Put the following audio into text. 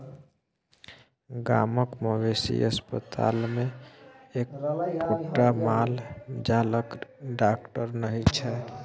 गामक मवेशी अस्पतालमे एक्कोटा माल जालक डाकटर नहि छै